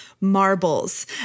marbles